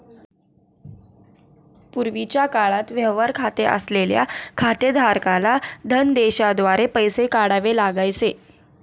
पूर्वीच्या काळात व्यवहार खाते असलेल्या खातेधारकाला धनदेशाद्वारे पैसे काढावे लागायचे